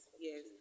yes